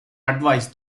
advice